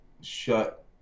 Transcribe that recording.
shut